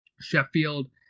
Sheffield